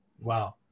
Wow